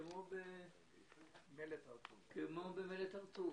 כמו במלט הר-טוב.